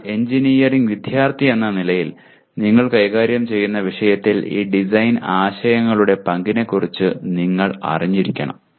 എന്നാൽ എഞ്ചിനീയറിംഗ് വിദ്യാർത്ഥിയെന്ന നിലയിൽ നിങ്ങൾ കൈകാര്യം ചെയ്യുന്ന വിഷയത്തിൽ ഈ ഡിസൈൻ ആശയങ്ങളുടെ പങ്കിനെക്കുറിച്ച് നിങ്ങൾ അറിഞ്ഞിരിക്കണം